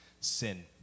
sin